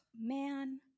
man